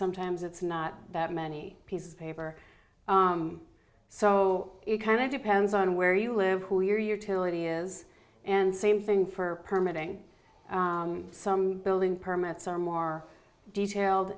sometimes it's not that many pieces of paper so it kind of depends on where you live who your utility is and same thing for permitting some building permits are more detailed